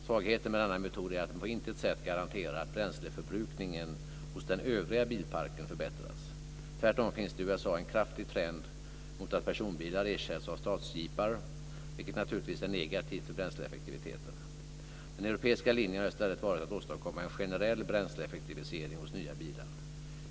Svagheten med denna metod är att den på intet sätt garanterar att bränsleförbrukningen hos den övriga bilparken förbättras. Tvärtom finns det i USA en kraftig trend mot att personbilar ersätts av s.k. stadsjeepar, vilket naturligtvis är negativt för bränsleeffektiviteten. Den europeiska linjen har i stället varit att åstadkomma en generell bränsleeffektivisering hos nya bilar.